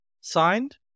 signed